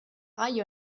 gai